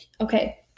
Okay